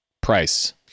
price